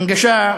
הנגשה,